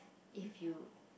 if you